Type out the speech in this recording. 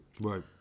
Right